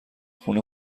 خونه